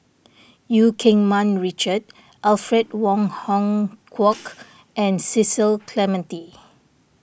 Eu Keng Mun Richard Alfred Wong Hong Kwok and Cecil Clementi